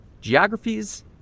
Geographies